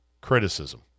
criticism